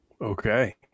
Okay